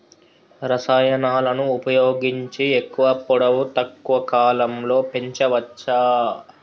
రసాయనాలను ఉపయోగించి ఎక్కువ పొడవు తక్కువ కాలంలో పెంచవచ్చా?